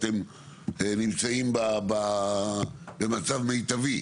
אתם נמצאים במצב מיטבי?